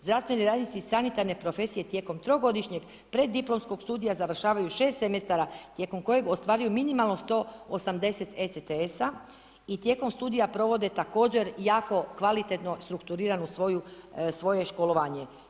Zdravstveni radnici sanitarne profesije tijekom trogodišnjeg preddiplomskog studija završavaju šest semestara tijekom kojeg ostvaruju minimalno 180 ECTS-a i tijekom studija provode također jako kvalitetno strukturiranu svoje školovanje.